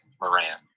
Moran